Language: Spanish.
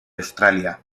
australia